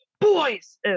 boys